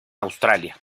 australia